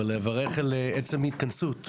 ולברך על עצם ההתכנסות.